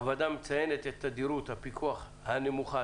הוועדה מציינת את תדירות הפיקוח הנמוכה.